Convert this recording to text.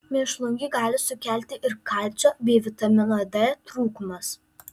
mėšlungį gali sukelti ir kalcio bei vitamino d trūkumas